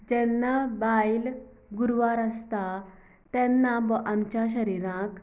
जेन्ना बायल गुरवार आसता तेन्ना आमच्या शरिरांक